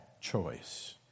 choice